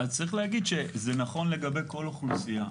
צריך להגיד שזה נכון לגבי כל אוכלוסייה.